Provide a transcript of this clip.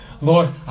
Lord